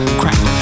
crack